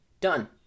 done